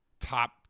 top